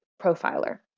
profiler